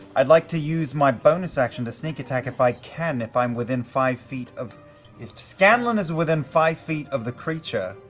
i'd like to use my bonus action to sneak attack if i can, if i'm within five feet. if scanlan is within five feet of the creature,